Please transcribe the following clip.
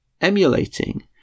emulating